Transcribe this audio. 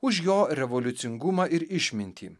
už jo revoliucingumą ir išmintį